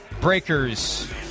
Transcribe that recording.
Breakers